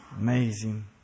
Amazing